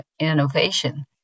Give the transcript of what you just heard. innovation